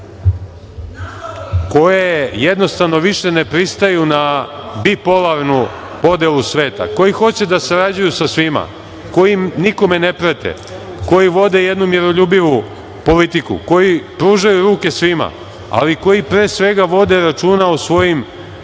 koje jednostavno više ne pristaju na bipolarnu podelu sveta, koji hoće da sarađuju sa svima, koji nikome ne prete, koji vode jednu miroljubivu politiku, koji pružaju ruke svima, ali koji pre svega vode računa o svojim